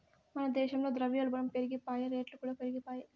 మన దేశంల ద్రవ్యోల్బనం పెరిగిపాయె, రేట్లుకూడా పెరిగిపాయె